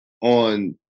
on